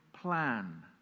plan